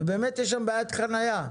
באמת יש שם בעיית חניה,